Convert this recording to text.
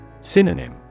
Synonym